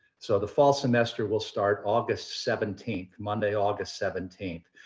so the fall semester will start august seventeenth, monday august seventeenth.